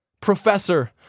Professor